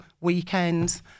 weekends